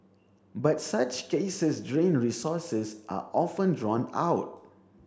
but such cases drain resources are often drawn out